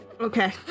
Okay